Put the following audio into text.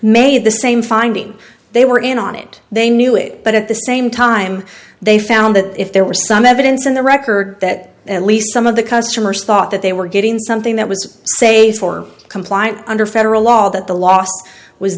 made the same finding they were in on it they knew it but at the same time they found that if there were some evidence in the record that at least some of the customers thought that they were getting something that way say for compliance under federal law that the last was